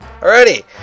Alrighty